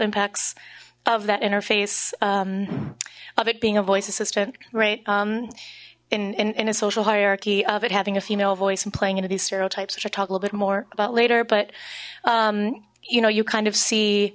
impacts of that interface of it being a voice assistant right um in in in a social hierarchy of it having a female voice and playing into these stereotypes which are talk a little bit more about later but you know you kind of see